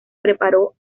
preparó